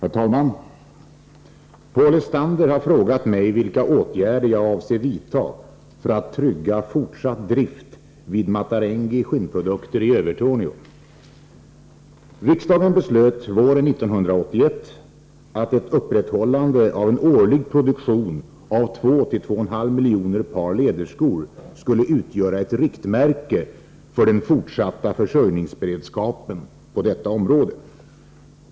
Herr talman! Paul Lestander har frågat mig vilka åtgärder jag avser vidta för att trygga fortsatt drift vid Matarengi Skinnprodukter i Övertorneå. Riksdagen beslöt våren 1981 att ett upprätthållande av en årlig produktion av 2-2,5 miljoner par läderskor skulle utgöra ett riktmärke för den fortsatta försörjningsberedskapen på detta område.